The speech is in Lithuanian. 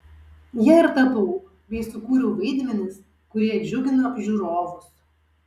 ja ir tapau bei sukūriau vaidmenis kurie džiugino žiūrovus